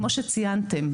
כמו שציינתם,